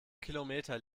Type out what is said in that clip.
kilometer